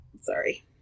Sorry